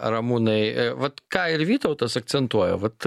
ramūnai vat ką ir vytautas akcentuoja vat